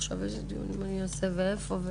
עכשיו איזה דיון אני אעשה ואיפה.